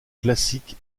classique